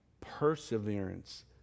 perseverance